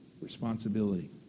responsibility